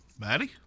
Maddie